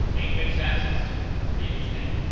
it makes sense. it's pretty interesting.